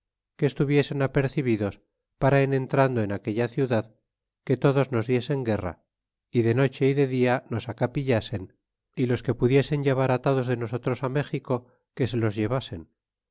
que estuviesen apercibidos para en entrando en aquella ciudad que todos nos diesen guerra y de noche y de dia nos acapillasen é los que pudiesen llevar atados de nosotros méxico que se los llevasen